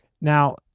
Now